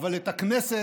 אבל את הכנסת,